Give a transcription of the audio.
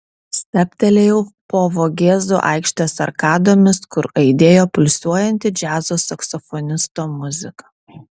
stabtelėjau po vogėzų aikštės arkadomis kur aidėjo pulsuojanti džiazo saksofonisto muzika